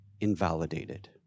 invalidated